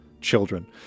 children